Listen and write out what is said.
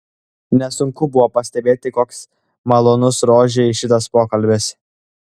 nesunku buvo pastebėti koks malonus rožei šitas pokalbis